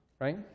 right